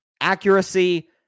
accuracy